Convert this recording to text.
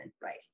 Right